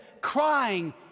crying